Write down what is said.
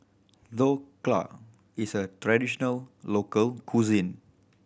dhokla is a traditional local cuisine